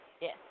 yes